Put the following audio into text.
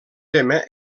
tema